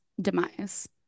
demise